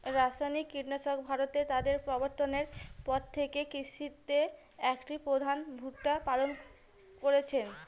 রাসায়নিক কীটনাশক ভারতে তাদের প্রবর্তনের পর থেকে কৃষিতে একটি প্রধান ভূমিকা পালন করেছে